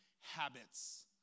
habits